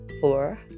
four